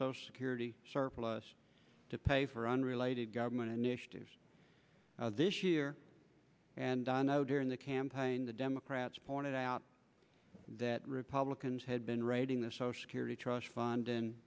social security surplus to pay for unrelated government initiatives this year and i know during the campaign the democrats pointed out that republicans had been raiding the social security trust fund